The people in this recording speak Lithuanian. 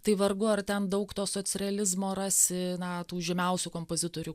tai vargu ar ten daug to socrealizmo rasi na tų žymiausių kompozitorių